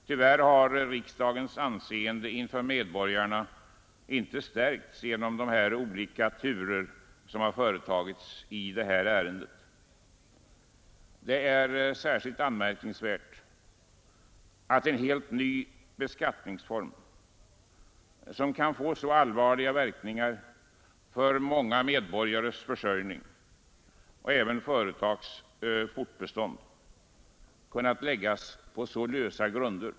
Tyvärr har riksdagens anseende inför medborgarna inte stärkts genom de olika turer som företagits i det här ärendet. Det är särskilt anmärkningsvärt att en helt ny beskattningsform, som kan få så allvarliga verkningar för många medborgares försörjning och även för företags fortbestånd, kunnat framläggas på lösa grunder.